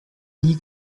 nie